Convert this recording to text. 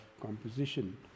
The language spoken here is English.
composition